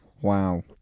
Wow